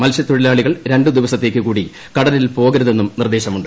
മത്സ്യത്തൊഴിലാളികൾ രണ്ട് ദിവസത്തേയ്ക്ക് കൂടി കടലിൽ പോകരുതെന്നും നിർദ്ദേശമുണ്ട്